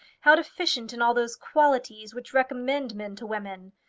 how deficient in all those qualities which recommend men to women!